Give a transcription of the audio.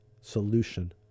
solution